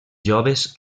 joves